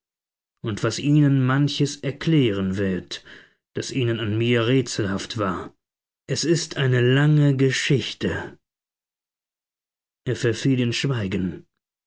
und was ihnen manches erklären wird das ihnen an mir rätselhaft war es ist eine lange geschichte er verfiel in schweigen